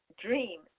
dream